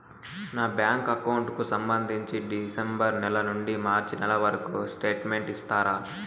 నా bank account కు సంబంధించి డిసెంబరు నెల నుండి మార్చి నెలవరకు స్టేట్మెంట్ ఇస్తారా?